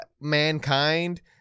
mankind